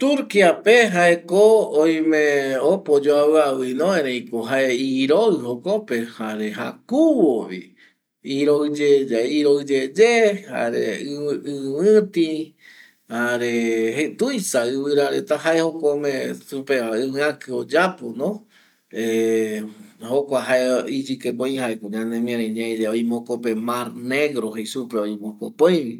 Turkiape jaeko opa oyoaviavivino ereiko jae iroi jokope jare jakuvovi, iroiyeyae iroiyeye jare iviti jare tuisa ɨvira reta jae jokua ome supe ɨvi aki oyapo jokua jae iyikepe oiva ñanemiari ñai yae oime jokope öi mar negro jeiva oime jokope oivi